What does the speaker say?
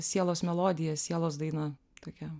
sielos melodija sielos daina tokia